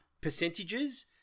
percentages